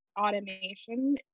automation